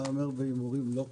מהמר בהימורים לא חוקיים.